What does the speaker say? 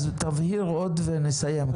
אז תבהיר עוד ונסיים.